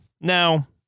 Now